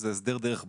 זה הסדר דרך בנק.